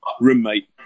roommate